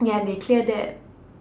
ya they clear that